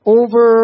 over